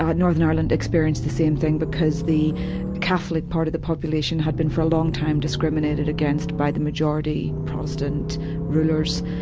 northern ireland experienced the same thing because the catholic part of the population had been for a long time discriminated against by the majority protestant rulers.